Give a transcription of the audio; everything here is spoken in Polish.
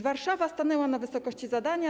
Warszawa stanęła na wysokości zadania.